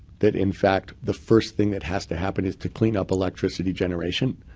that in fact, the first thing that has to happen is to clean up electricity generation.